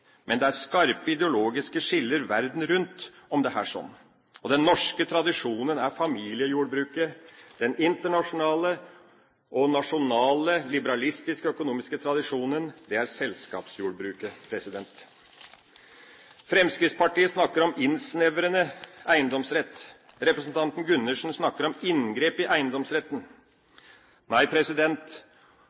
men det er skarpe ideologiske skiller verden rundt om dette. Den norske tradisjonen er familiejordbruket. Den internasjonale og nasjonale liberalistisk-økonomiske tradisjonen er selskapsjordbruket. Fremskrittspartiet snakker om innsnevrende eiendomsrett. Representanten Gundersen snakker om inngrep i eiendomsretten. Nei,